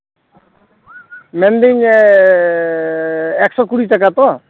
ᱢᱮᱱᱫᱤᱧᱻ ᱮᱠᱥᱚ ᱠᱩᱲᱤ ᱴᱟᱠᱟ ᱛᱚ